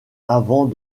avant